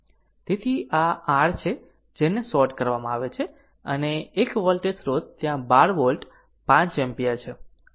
તેથી આ r છે જેને શોર્ટ કરવામાં આવે છે અને 1 વોલ્ટેજ સ્ત્રોત ત્યાં 12 વોલ્ટ 5 એમ્પીયર છે